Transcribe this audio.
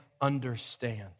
understand